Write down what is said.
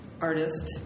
artist